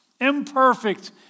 imperfect